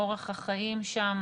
אורח החיים שם.